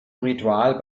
ritual